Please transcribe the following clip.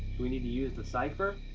do we need to use the cipher?